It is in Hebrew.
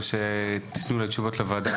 אבל שתתנו תשובות לוועדה,